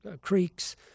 creeks